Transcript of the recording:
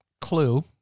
clue